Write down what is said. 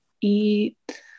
eat